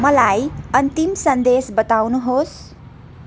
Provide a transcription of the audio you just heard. मलाई अन्तिम सन्देश बताउनुहोस्